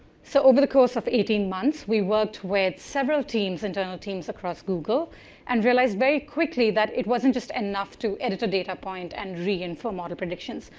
so over the course of eighteen months we worked with several teams, internal teams across google and realized very quickly that it wasn't just enough to enter a data point and reinform ah the prediction.